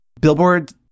Billboard